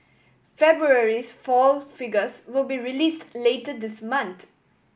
February's foil figures will be released later this month